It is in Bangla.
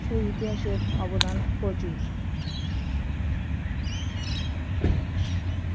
সেই ইতিহাসের অবদান প্রচুর